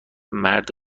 مرد